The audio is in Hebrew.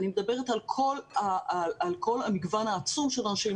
אני מדברת על כל המגוון העצום של האנשים,